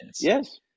Yes